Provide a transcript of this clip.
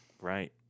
Right